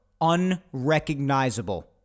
unrecognizable